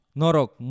norok